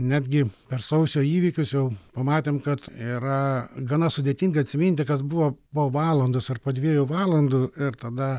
netgi per sausio įvykius jau pamatėm kad yra gana sudėtinga atsiminti kas buvo po valandos ar po dviejų valandų ir tada